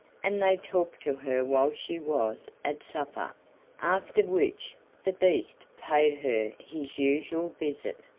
and they talked to her while she was at supper after which the beast paid her his usual visit,